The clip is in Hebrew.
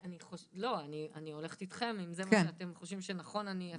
לא, אני הולכת אתכם אם זה מה שאתם חושבים שנכון.